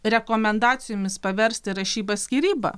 rekomendacijomis paversti rašyba skyryba